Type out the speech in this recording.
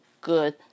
good